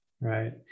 Right